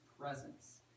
presence